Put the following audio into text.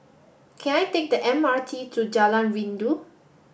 can I take the M R T to Jalan Rindu